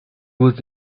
was